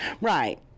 Right